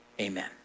Amen